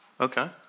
Okay